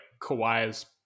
Kawhi's